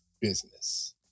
business